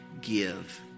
give